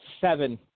Seven